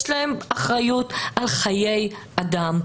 יש להם אחריות על חיי אדם.